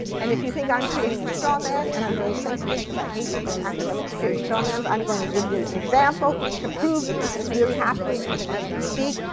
and if you think i'm creating a straw man, and i'm very sensitive because i hate it when academics create straw mans, i'm going to give you an example to prove that this is really happening even as we speak.